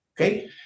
Okay